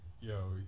Yo